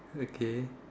okay